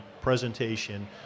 presentation